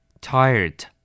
Tired